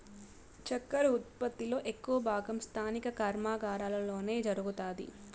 చక్కర ఉత్పత్తి లో ఎక్కువ భాగం స్థానిక కర్మాగారాలలోనే జరుగుతాది